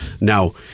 Now